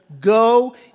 go